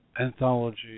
Anthology